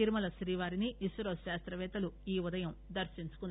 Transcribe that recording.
తిరుమల శ్రీవారిని ఇస్రో శాస్తపేత్తలు ఈ ఉదయం దర్సించుకున్నారు